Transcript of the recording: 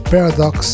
Paradox